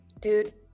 dude